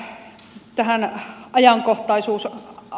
vielä tähän ajankohtaisuusasiaan